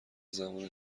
زمانی